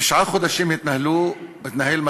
תשעה חודשים התנהל משא-ומתן